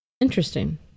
Interesting